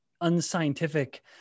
unscientific